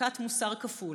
אזעקת מוסר כפול,